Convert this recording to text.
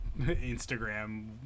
Instagram